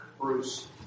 Bruce